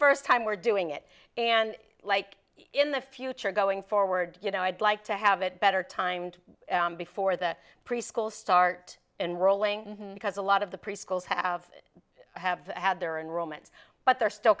first time we're doing it and like in the future going forward you know i'd like to have it better timed before the preschool start and rolling because a lot of the preschools have have had their enrollment but they're still